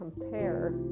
compare